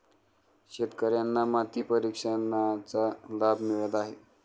शेतकर्यांना माती परीक्षणाचा लाभ मिळत आहे